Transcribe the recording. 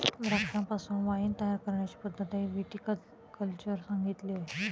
द्राक्षांपासून वाइन तयार करण्याची पद्धतही विटी कल्चर सांगितली आहे